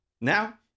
Now